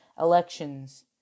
elections